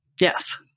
Yes